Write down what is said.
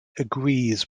agrees